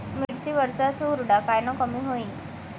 मिरची वरचा चुरडा कायनं कमी होईन?